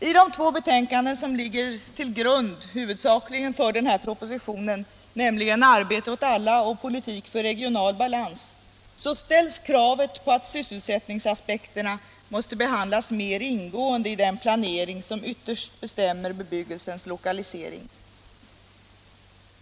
I de två betänkanden som i huvudsak ligger till grund för propositionen, nämligen ”Arbete åt alla” och ”Politik för regional balans” ställs kravet att sysselsättningsaspekterna måste behandlas mer ingående i den planering som ytterst bestämmer bebyggelsens lokalisering.